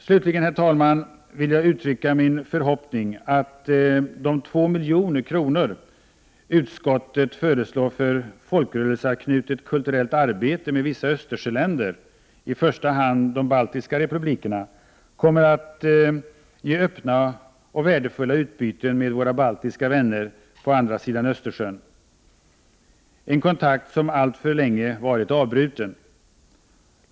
Slutligen, herr talman, vill jag uttrycka min förhoppning att de 2 milj.kr. utskottet föreslår för folkrörelseanknutet kulturellt arbete med vissa Östersjöländer, i första hand de baltiska republikerna, kommer att ge öppna och värdefulla utbyten med våra baltiska vänner på andra sidan Östersjön — en kontakt som alltför länge varit avbruten.